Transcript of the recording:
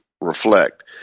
reflect